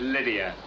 Lydia